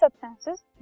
substances